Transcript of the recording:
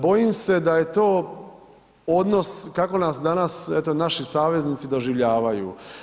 Bojim se da je to odnos kako nas danas eto naši saveznici doživljavaju.